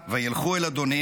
וילכו אל אדניהם,